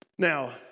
Now